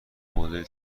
مدل